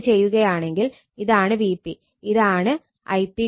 ഇത് ചെയ്യുകയാണെങ്കിൽ ഇതാണ് Vp ഇതാണ് Ip